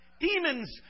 Demons